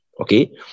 okay